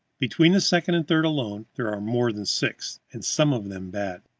between the second and third alone there are more than six, and some of them bad.